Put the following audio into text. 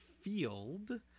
Field